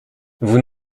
vous